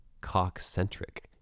cock-centric